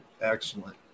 excellent